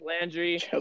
Landry